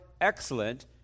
excellent